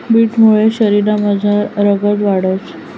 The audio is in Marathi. बीटमुये शरीरमझार रगत वाढंस